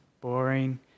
boring